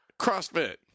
CrossFit